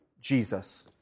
Jesus